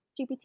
GPT